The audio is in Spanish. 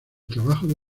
trabajo